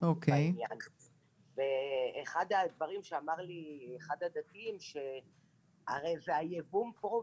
ותחשבי על כל אותם הורים שלא ידעו.